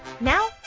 Now